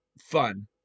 fun